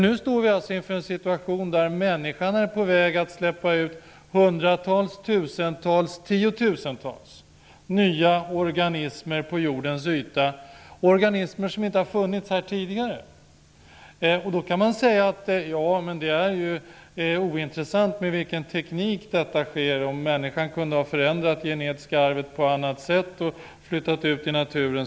Nu står vi inför en situation, där människan är på väg att släppa ut hundratals, tusentals, tiotusentals nya organismer på jordens yta -- organismer som inte har funnits här tidigare. Då kan man säga att det är ointressant att veta med vilken teknik detta sker. Skulle det ha varit annorlunda om människan kunde ha förändrat det genetiska arvet på annat sätt och flyttat ut det i naturen?